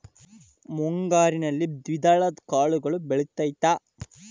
ಮುಂಗಾರಿನಲ್ಲಿ ದ್ವಿದಳ ಕಾಳುಗಳು ಬೆಳೆತೈತಾ?